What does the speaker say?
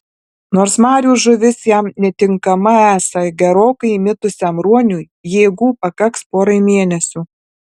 nors marių žuvis jam netinkama esą gerokai įmitusiam ruoniui jėgų pakaks porai mėnesių